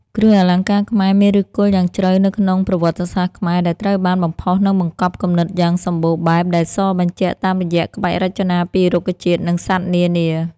គ្រឿងអលង្ការខ្មែរ មានឫសគល់យ៉ាងជ្រៅនៅក្នុងប្រវត្តិសាស្ត្រខ្មែរ ដែលត្រូវបានបំផុសនិងបង្កប់គំនិតយ៉ាងសម្បូរបែបដែលសបញ្ជាក់តាមរយៈក្បាច់រចនាពីរុក្ខជាតិ និងសត្វនានា។